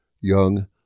young